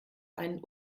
einen